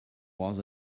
was